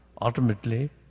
ultimately